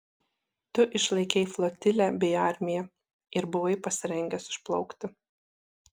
tu išlaikei flotilę bei armiją ir buvai pasirengęs išplaukti